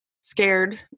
scared